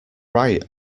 right